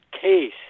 case